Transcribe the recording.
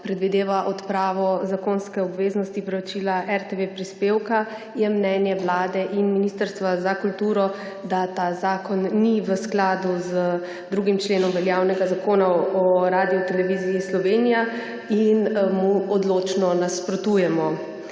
predvideva odpravo zakonske obveznosti vračila RTV prispevka, je mnenje Vlade in Ministrstva za kulturo, da ta zakon ni v skladu z 2. členom veljavnega Zakona o Radioteleviziji Slovenija, in mu odločno nasprotujemo.